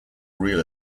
real